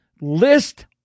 List